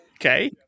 Okay